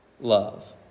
love